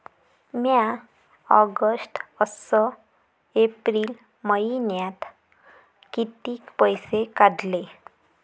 म्या ऑगस्ट अस एप्रिल मइन्यात कितीक पैसे काढले?